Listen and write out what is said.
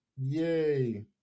Yay